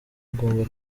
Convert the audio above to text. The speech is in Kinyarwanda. ugomba